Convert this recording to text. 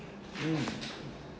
mm